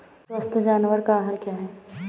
स्वस्थ जानवर का आहार क्या है?